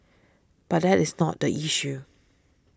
but that is not the issue